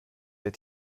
der